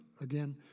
again